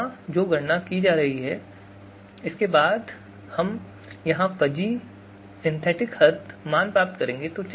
यहाँ जो गणना की जा रही है उसके बाद हम यहाँ फ़ज़ी सिंथेटिक हद मान प्राप्त करेंगे